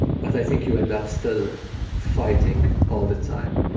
but i think you end up still fighting all the time.